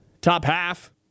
top-half